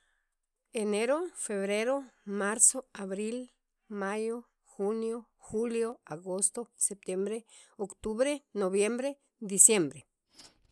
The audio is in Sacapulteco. enero, febrero, marzo, abril, mayo, junio, julio, agosto, septiembre, octubre, noviembre, diciembre